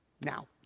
now